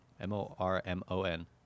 M-O-R-M-O-N